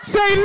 Say